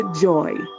joy